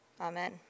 Amen